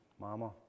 mama